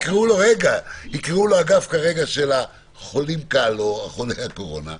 יקראו לו האגף של החולים קל או חולי הקורונה,